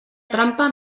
trampa